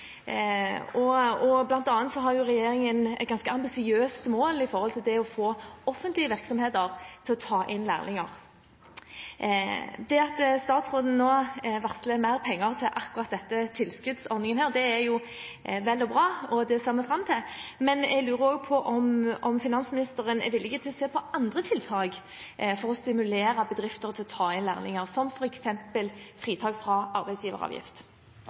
har regjeringen et ganske ambisiøst mål når det gjelder det å få offentlige virksomheter til å ta inn lærlinger. Det at statsråden nå varsler mer penger til akkurat denne tilskuddsordningen, er vel og bra, og det ser vi fram til. Men jeg lurer også på om finansministeren er villig til å se på andre tiltak for å stimulere bedrifter til å ta inn lærlinger, som f.eks. fritak fra arbeidsgiveravgift.